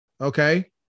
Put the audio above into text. okay